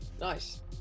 nice